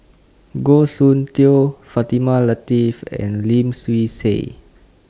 Goh Soon Tioe Fatimah Lateef and Lim Swee Say